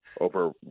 over